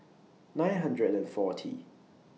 nine hundred and forty